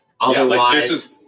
Otherwise